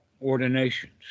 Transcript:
ordinations